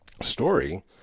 story